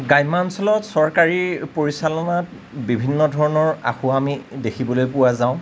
গ্ৰাম্যাঞ্চলত চৰকাৰী পৰিচালনাত বিভিন্ন ধৰণৰ আঁসোৱাহ আমি দেখিবলৈ পোৱা যাওঁ